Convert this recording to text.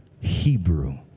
Hebrew